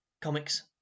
comics